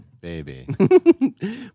Baby